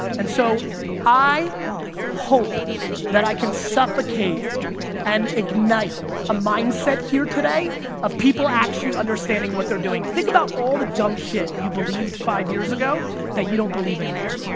and so, i hope that i can suffocate and ignite a mindset here today of people actually understanding what they're doing. think about all the dumb shit you believe five years ago that you don't believe anymore.